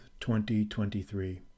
2023